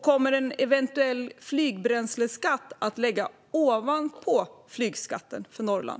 Kommer en eventuell flygbränsleskatt att läggas ovanpå flygskatten för Norrland?